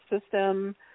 system